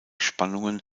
spannungen